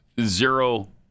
zero